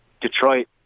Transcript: Detroit